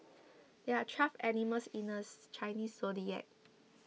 there are twelve animals in the Chinese zodiac